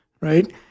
right